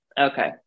okay